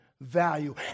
Value